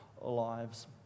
lives